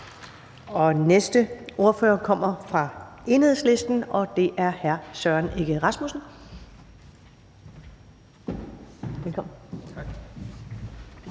Næste ordfører kommer fra Enhedslisten, og det er hr. Søren Egge Rasmussen.